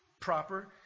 proper